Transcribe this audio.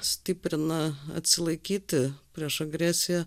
stiprina atsilaikyti prieš agresiją